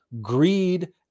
greed